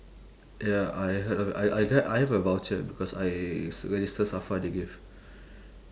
ya I had a I I I had I have a voucher because I register SAFRA they give